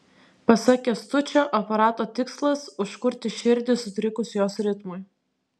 pasak kęstučio aparato tikslas užkurti širdį sutrikus jos ritmui